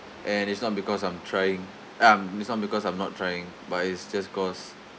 and it's not because I'm trying um it's not because I'm not trying but it's just cause